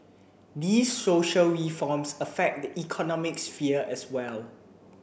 these social reforms affect the economic sphere as well